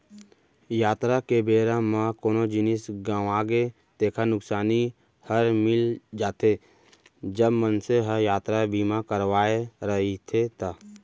यातरा के बेरा म कोनो जिनिस गँवागे तेकर नुकसानी हर मिल जाथे, जब मनसे ह यातरा बीमा करवाय रहिथे ता